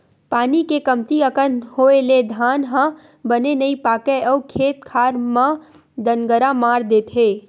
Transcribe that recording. पानी के कमती अकन होए ले धान ह बने नइ पाकय अउ खेत खार म दनगरा मार देथे